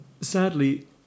sadly